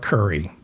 Curry